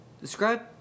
describe